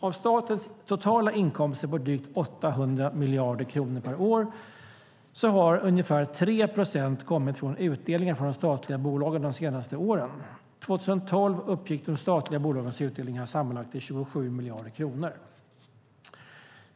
Av statens totala inkomster på drygt 800 miljarder kronor per år har ungefär 3 procent kommit från utdelningar från de statliga bolagen de senaste åren. År 2012 uppgick de statliga bolagens utdelningar sammanlagt till 27 miljarder kronor.